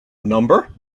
number